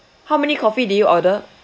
how many coffee did you order